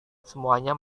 semuanya